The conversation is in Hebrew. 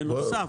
בנוסף,